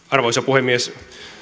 arvoisa puhemies